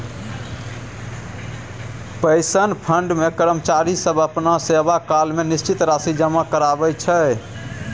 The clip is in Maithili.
पेंशन फंड मे कर्मचारी सब अपना सेवाकाल मे निश्चित राशि जमा कराबै छै